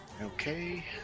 Okay